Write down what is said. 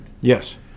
Yes